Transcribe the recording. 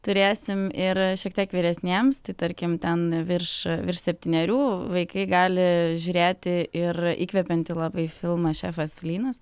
turėsim ir šiek tiek vyresniems tai tarkim ten virš virš septynerių vaikai gali žiūrėti ir įkvepiantį labai filmą šefas flynas